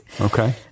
Okay